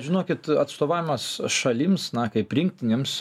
žinokit atstovavimas šalims na kaip rinktinėms